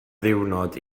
ddiwrnod